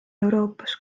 euroopas